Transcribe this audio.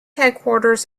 headquarters